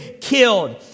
killed